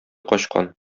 качкан